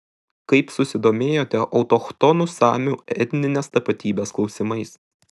kaip susidomėjote autochtonų samių etninės tapatybės klausimais